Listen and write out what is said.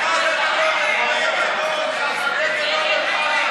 חבר הכנסת אורן חזן, אורן חזן, אורן חזן.